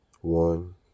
One